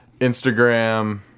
Instagram